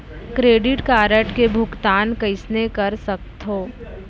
Credit card के भुगतान कइसने कर सकथो?